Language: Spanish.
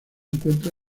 encuentra